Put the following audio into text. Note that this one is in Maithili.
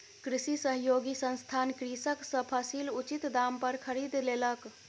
कृषि सहयोगी संस्थान कृषक सॅ फसील उचित दाम पर खरीद लेलक